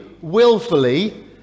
willfully